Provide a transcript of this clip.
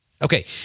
Okay